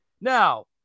Now